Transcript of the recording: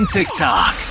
TikTok